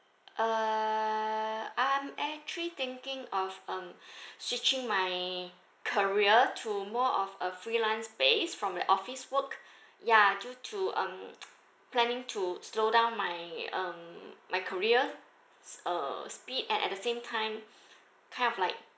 uh I'm actually thinking of um switching my career to more of a freelance base from an office work ya due to um planning to slow down my um my career s~ uh speed and at the same time kind of like